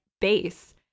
base